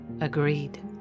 Agreed